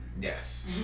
Yes